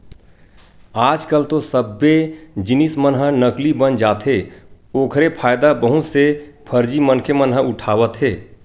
आज कल तो सब्बे जिनिस मन ह नकली बन जाथे ओखरे फायदा बहुत से फरजी मनखे मन ह उठावत हे